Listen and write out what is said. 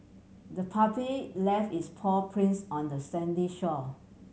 the puppy left its paw prints on the sandy shore